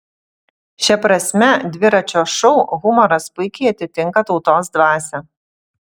šia prasme dviračio šou humoras puikiai atitinka tautos dvasią